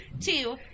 Two